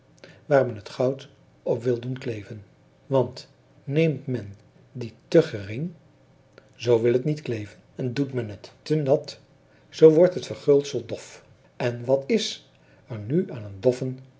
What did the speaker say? waar men het goud op wil doen kleven want neemt men die te gering zoo wil het niet kleven en doet men het te nat zoo wordt het verguldsel dof en wat is er nu aan een doffen